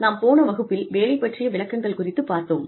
நாம் போன வகுப்பில் வேலை பற்றிய விளக்கங்கள் குறித்து பார்த்தோம்